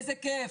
איזה כיף.